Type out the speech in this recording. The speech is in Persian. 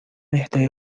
اهدای